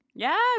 Yes